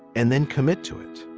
and then commit to it.